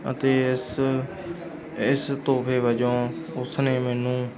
ਅਤੇ ਇਸ ਇਸ ਤੋਹਫੇ ਵੱਜੋਂ ਉਸ ਨੇ ਮੈਨੂੰ